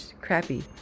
crappy